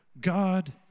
God